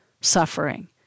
suffering